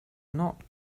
not